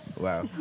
Wow